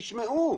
תשמעו.